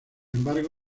embargo